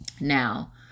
Now